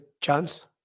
chance